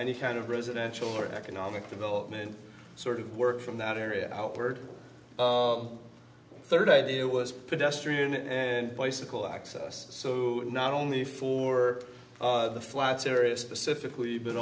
any kind of residential or economic development sort of work from that area outward third idea was pedestrian and bicycle access so not only for the flats area specifically but